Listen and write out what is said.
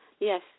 Yes